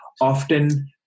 Often